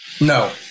No